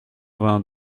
vingt